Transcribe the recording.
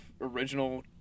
original